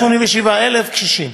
187,000 קשישים,